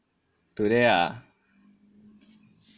today ah